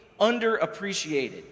underappreciated